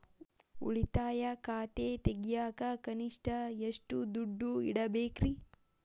ಉಳಿತಾಯ ಖಾತೆ ತೆಗಿಯಾಕ ಕನಿಷ್ಟ ಎಷ್ಟು ದುಡ್ಡು ಇಡಬೇಕ್ರಿ?